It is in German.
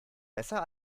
besser